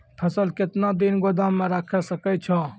फसल केतना दिन गोदाम मे राखै सकै छौ?